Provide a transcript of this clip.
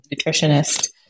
nutritionist